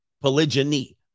polygyny